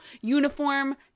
uniform